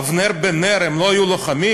אבנר בן נר, הם לא היו לוחמים?